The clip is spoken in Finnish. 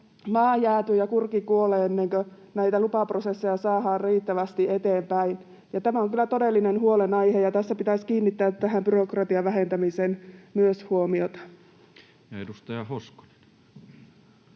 maa jäätyy ja kurki kuolee ennen kuin näitä lupaprosesseja saadaan riittävästi eteenpäin. Tämä on kyllä todellinen huolenaihe, ja tässä pitäisi kiinnittää myös tähän byrokratian vähentämiseen huomiota. [Speech